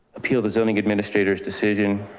appeal the zoning administrator's decision.